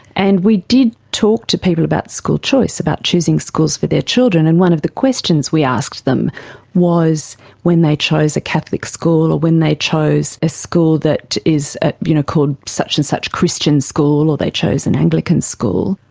and we did talk to people about school choice, about choosing schools for their children, and one of the questions we asked them was when they chose a catholic school or when they chose a school that is, ah you know, called such-and-such and christian school, or they chose an anglican school,